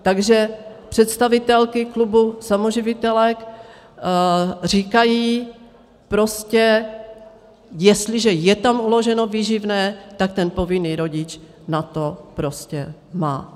Takže představitelky Klubu samoživitelek říkají, že jestliže je tam uloženo výživné, tak ten povinný rodič na to prostě má.